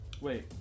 Wait